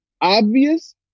obvious